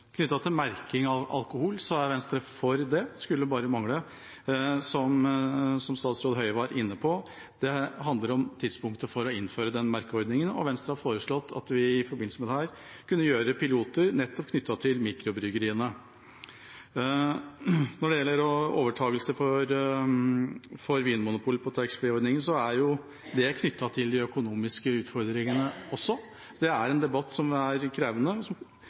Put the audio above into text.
merking av alkohol, er Venstre for det – det skulle bare mangle. Som statsråd Høie var inne på, så handler det om tidspunktet for å innføre den merkeordningen, og Venstre har foreslått at vi i forbindelse med dette, kunne gjøre piloter nettopp knyttet til mikrobryggeriene. Når det gjelder overtakelse av taxfree-ordningen for Vinmonopolet, er jo det knyttet til de økonomiske utfordringene også. Det er en krevende debatt, det vil koste oss mange milliarder, og det er en samferdselsdebatt og